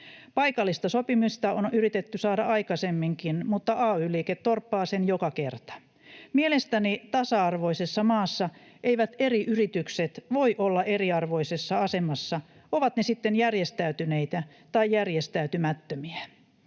Paikallista sopimista on yritetty saada aikaisemminkin, mutta ay-liike torppaa sen joka kerta. Mielestäni tasa-arvoisessa maassa eivät eri yritykset voi olla eriarvoisessa asemassa, ovat ne sitten järjestäytyneitä tai järjestäytymättömiä.